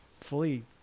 fully